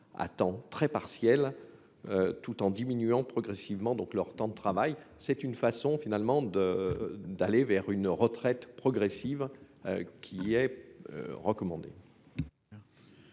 à temps très partiel tout en diminuant progressivement, donc leur temps de travail, c'est une façon finalement de d'aller vers une retraite progressive qui est recommandé.